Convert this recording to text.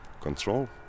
control